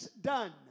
done